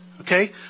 Okay